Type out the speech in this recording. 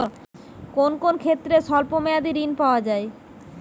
কোন কোন ক্ষেত্রে স্বল্প মেয়াদি ঋণ পাওয়া যায়?